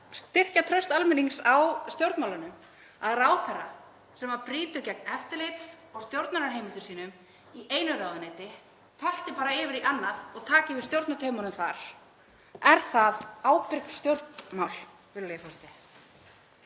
styrkja traust almennings á stjórnmálunum að ráðherra sem brýtur gegn eftirlits- og stjórnunarheimildum sínum í einu ráðuneyti tölti bara yfir í annað og taki við stjórnartaumunum þar? Eru það ábyrg stjórnmál, virðulegi forseti?